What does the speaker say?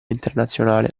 internazionale